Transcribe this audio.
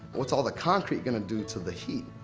what's all the concrete gonna do to the heat?